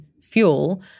fuel